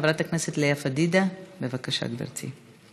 חברת הכנסת לאה פדידה, בבקשה, גברתי.